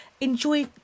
enjoy